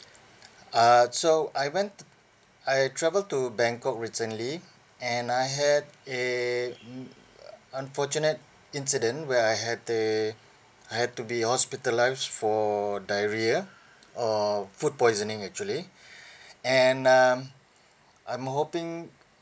uh so I went t~ I travel to bangkok recently and I had a mm unfortunate incident where I had the I had to be hospitalised for diarrhoea uh food poisoning actually and um I'm hoping